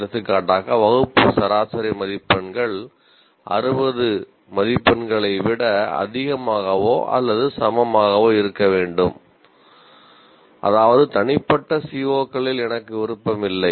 எடுத்துக்காட்டாக வகுப்பு சராசரி மதிப்பெண்கள் 60 மதிப்பெண்களை விட அதிகமாகவோ அல்லது சமமாகவோ இருக்க வேண்டும் அதாவது தனிப்பட்ட சிஓக்களில் எனக்கு விருப்பமில்லை